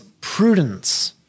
prudence